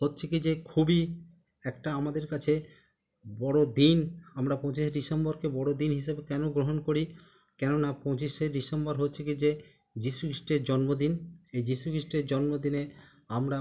হচ্ছে কী যে খুবই একটা আমাদের কাছে বড়দিন আমরা পঁচিশে ডিসেম্বরকে বড়দিন হিসাবে কেন গ্রহণ করি কেননা পঁচিশে ডিসেম্বর হচ্ছে কী যে যিশুখ্রিস্টের জন্মদিন এই যীশুখ্রিস্টের জন্মদিনে আমরা